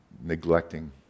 neglecting